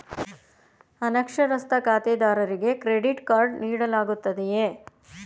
ಅನಕ್ಷರಸ್ಥ ಖಾತೆದಾರರಿಗೆ credit card ನೀಡಲಾಗುತ್ತದೆಯೇ?